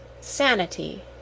SANITY